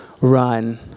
run